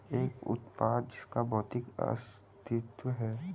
एक उत्पाद जिसका भौतिक अस्तित्व है?